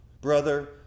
Brother